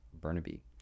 Burnaby